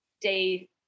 day